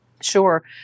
Sure